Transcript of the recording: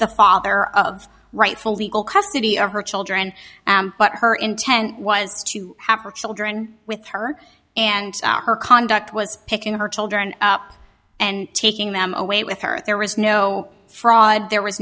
the father of rightful legal custody of her children but her intent was to have her children with her and her conduct was picking her children up and taking them away with her there was no fraud there was